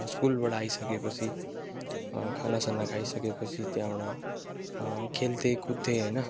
स्कुलबाट आइसके पछि खानासाना खाइ सकेपछि त्यहाँबाट खेल्थे कुद्थे होइन